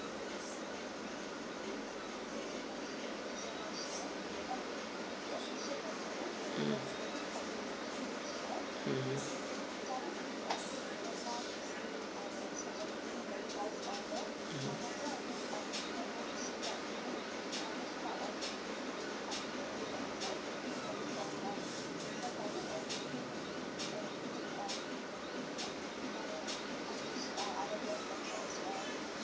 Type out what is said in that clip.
mm mmhmm